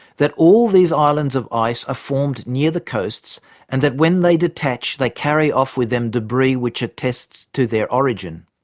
that all these islands of ice are formed near the coasts and that when they detach, they carry off with them debris which attests to their origin'.